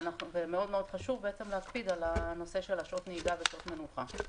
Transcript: ומאוד מאוד חשוב להקפיד על הנושא של שעות נהיגה ושעות מנוחה.